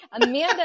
Amanda